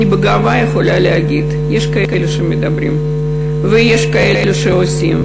בגאווה אני יכולה להגיד שיש כאלה שמדברים ויש כאלה שעושים,